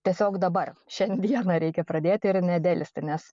tiesiog dabar šiandieną reikia pradėti ir nedelsti nes